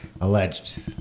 Alleged